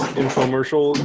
infomercial